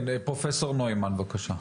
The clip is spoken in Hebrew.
פרופ' נוימן בבקשה.